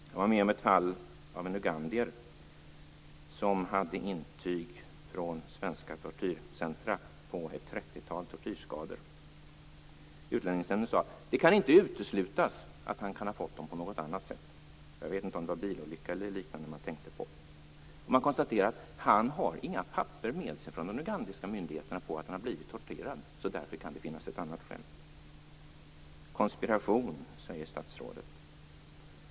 Jag var med om ett fall med en ugandier som hade ett intyg från ett svenskt centrum för tortyrskadade på ett 30-tal tortyrskador. Utlänningsnämnden sade att det inte kunde uteslutas att han hade fått dem på något annat sätt. Jag vet inte om det var en bilolycka eller liknande man tänkte på. Man konstaterade vidare att han inte hade med sig några papper från de ugandiska myndigheterna på att han hade blivit torterad och att det därför kunde finnas något annat skäl. Konspiration, säger statsrådet.